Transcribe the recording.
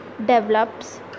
develops